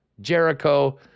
Jericho